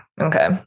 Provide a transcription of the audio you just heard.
Okay